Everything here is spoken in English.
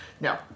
No